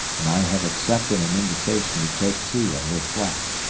and i have accepted an invitation to take tea at her flat.